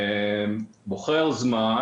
בוחר זמן